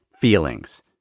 feelings